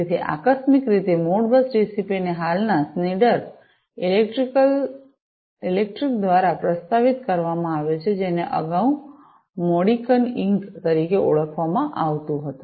તેથી આકસ્મિક રીતે મોડબસ ટીસીપીને હાલના સ્નીડર ઇલેક્ટ્રિક દ્વારા પ્રસ્તાવિત કરવામાં આવ્યો છે જેને અગાઉ મોડિકન ઇંક તરીકે ઓળખવામાં આવતું હતું